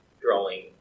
drawing